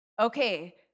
Okay